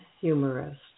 humorist